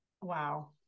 Wow